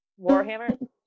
Warhammer